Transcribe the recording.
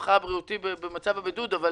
מצבם הבריאותי במצב הבידוד, אבל